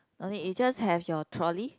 no need you just have your trolley